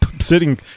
sitting